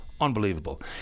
Unbelievable